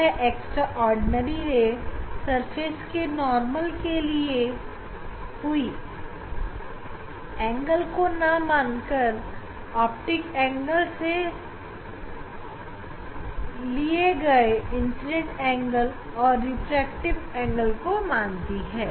यह extraordinary ray surface के normal से लिए हुए एंगल को ना मानकर ऑप्टिक एक्सिस से लिए हुए इंसीडेंट एंगल और रिफ्रैक्टेड एंगल को मानती है